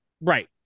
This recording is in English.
right